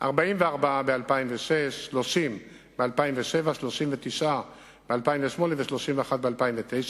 44 ב-2006, 30 ב-2007, 39 ב-2008 ו-31 ב-2009.